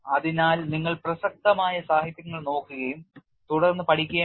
അതിനാൽ നിങ്ങൾ പ്രസക്തമായ സാഹിത്യങ്ങൾ നോക്കുകയും തുടർന്ന് പഠിക്കുകയും വേണം